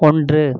ஒன்று